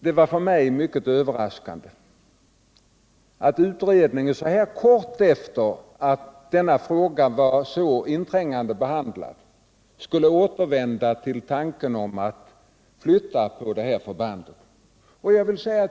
Det var för mig mycket överraskande att utredningen så kort tid efter att denna fråga blivit så inträngande behandlad skulle återvända till tanken att flytta på detta förband.